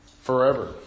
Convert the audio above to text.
forever